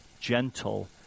gentle